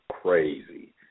crazy